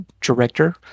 director